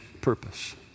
purpose